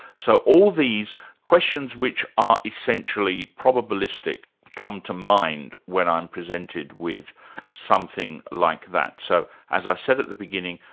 so all these questions which are essentially probabilistic come to mind when i'm presented with something like that. so as i said at the beginning,